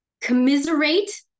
commiserate